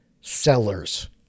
sellers